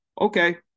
Okay